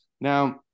Now